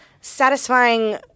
satisfying